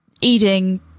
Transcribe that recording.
eating